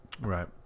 Right